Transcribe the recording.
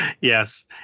yes